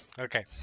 Okay